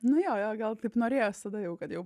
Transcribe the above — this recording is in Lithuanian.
nu jo jo gal taip norėjos tada jau kad jau